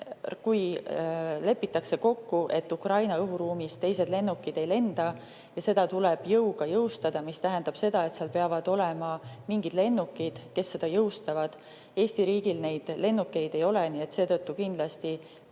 et lepitakse kokku, et Ukraina õhuruumis teised lennukid ei lenda. Seda tuleb jõuga jõustada. See tähendab seda, et seal peavad olema mingid lennukid, kes seda jõustavad. Eesti riigil neid lennukeid ei ole, nii et seetõttu on